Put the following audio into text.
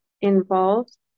involved